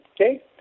okay